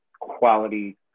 quality